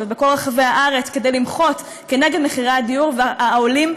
ובכל רחבי הארץ כדי למחות כנגד מחירי הדיור העולים,